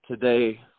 today